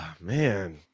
man